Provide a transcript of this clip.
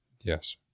Yes